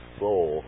soul